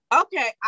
Okay